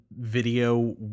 video